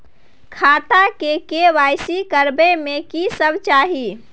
खाता के के.वाई.सी करबै में की सब चाही?